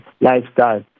lifestyle